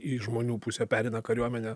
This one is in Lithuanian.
į žmonių pusę pereina kariuomenė